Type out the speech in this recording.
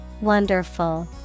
Wonderful